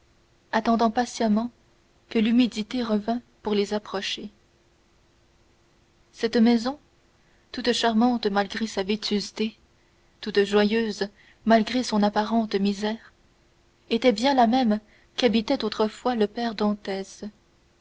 attendant patiemment que l'humidité revînt pour les approcher cette maison toute charmante malgré sa vétusté toute joyeuse malgré son apparente misère était bien la même qu'habitait autrefois le père dantès